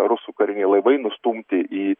rusų kariniai laivai nustumti į